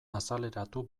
azaleratu